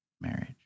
marriage